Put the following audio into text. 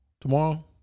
tomorrow